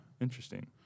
Interesting